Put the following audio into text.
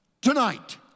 tonight